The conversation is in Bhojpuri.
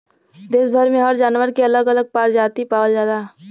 देस भर में हर जानवर के अलग अलग परजाती पावल जाला